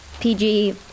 PG